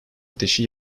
ateşi